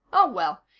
oh, well,